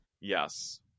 yes